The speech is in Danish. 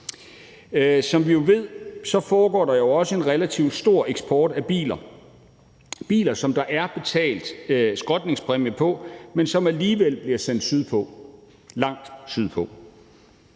Som vi jo ved, foregår der også en relativt stor eksport af biler – biler, som der er betalt skrotningspræmie på, men som alligevel bliver sendt sydpå, langt sydpå.